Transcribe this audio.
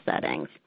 settings